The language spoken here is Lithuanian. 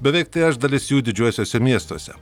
beveik trečdalis jų didžiuosiuose miestuose